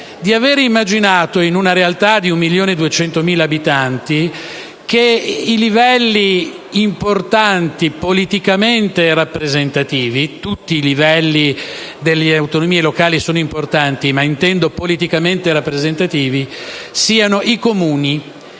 di avere immaginato, in una realtà di 1,2 milioni di abitanti, che i livelli importanti politicamente rappresentativi - tutti i livelli delle autonomie locali sono importanti, ma intendo quelli politicamente rappresentativi - siano i Comuni